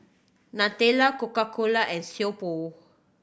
Nutella Coca Cola and Sio Pho